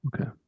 Okay